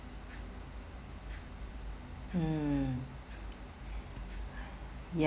mm